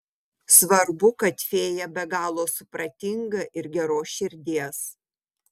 svarbu kad fėja be galo supratinga ir geros širdies